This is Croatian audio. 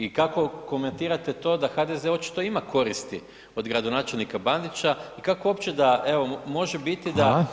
I kako komentirate to da HDZ očito ima koristi od gradonačelnika Bandića i kako uopće da evo može biti da